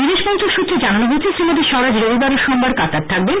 বিদেশ মন্ত্রক সুত্রে জানানো হয়েছে শ্রীমতি স্বরাজ রবিবার ও সোমবার কাতার থাকবেন